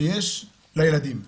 שיש לילדים.